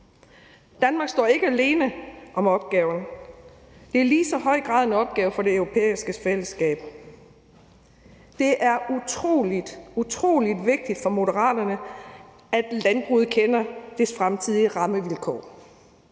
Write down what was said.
Danmark står ikke alene om opgaven; det er i lige så høj grad en opgave for det europæiske fællesskab. Det er utrolig vigtigt for Moderaterne, at landbruget kender de fremtidige rammevilkår.